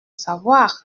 savoir